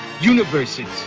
universes